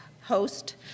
host